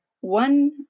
one